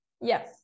Yes